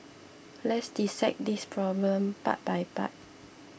let's dissect this problem part by part